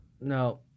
No